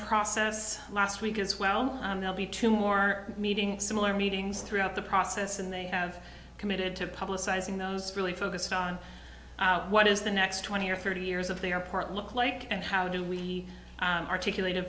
process last week as well be two more meetings similar meetings throughout the process and they have committed to publicizing those really focused on what is the next twenty or thirty years of the airport look like and how do we articulate